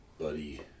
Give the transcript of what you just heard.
buddy